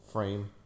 frame